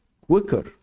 quicker